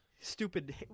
Stupid